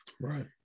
Right